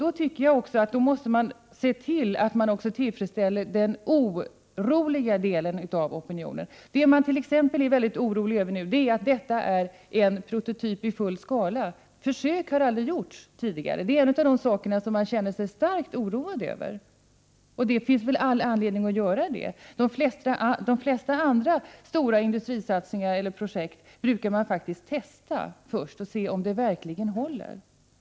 Då tycker jag att man måste se till att också tillfredsställa den oroliga delen av opinionen. Det många är väldigt oroliga över är t.ex. att detta är en prototyp i full skala. Försök har aldrig tidigare gjorts. Det är en sak som många känner sig starkt oroade över. Och det finns väl all anledning att göra det. De flesta andra stora industriprojekt brukar man faktiskt testa först och se om de verkligen håller.